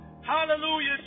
Hallelujah